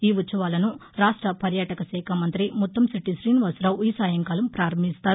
ఈ ఉత్సవాలను రాష్ట పర్యాటక శాఖ మంత్రి ముత్తంశెట్టి శ్రీనివాసరావు ఈ సాయంకాలం పారంభిస్తారు